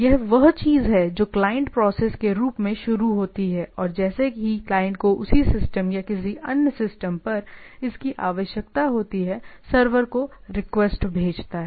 यह वह चीज़ है जो क्लाइंट प्रोसेस के रूप में शुरू होती है और जैसे ही क्लाइंट को उसी सिस्टम या किसी अन्य सिस्टम पर इसकी आवश्यकता होती है सर्वर को एक रिक्वेस्ट भेजता है